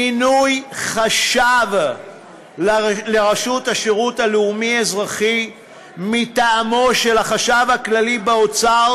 מינוי חשב לרשות השירות הלאומי-האזרחי מטעמו של החשב הכללי באוצר,